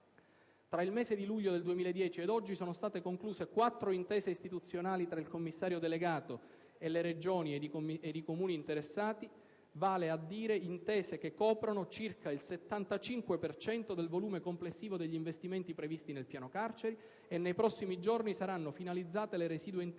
Tra il mese di luglio 2010 ed oggi, sono state concluse quattro intese istituzionali tra il commissario delegato, le Regioni ed i Comuni interessati, intese che coprono circa il 75 per cento del volume complessivo degli investimenti previsti nel piano carceri, e nei prossimi giorni saranno finalizzate le residue intese